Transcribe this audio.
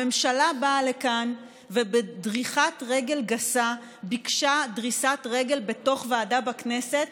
הממשלה באה לכאן ובדריכת רגל גסה ביקשה דריסת רגל בתוך ועדה בכנסת,